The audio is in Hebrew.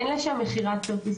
מבלי שיש שם מכירת כרטיסים,